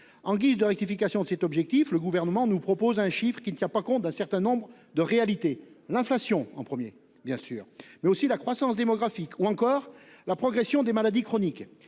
En guise de rectification de cet objectif, le Gouvernement nous propose un chiffre qui ne tient pas compte d'un certain nombre de réalités : de l'inflation, bien sûr, mais aussi de la croissance démographique ou encore de la progression des maladies chroniques.